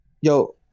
Yo